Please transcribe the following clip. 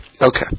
Okay